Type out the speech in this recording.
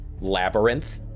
labyrinth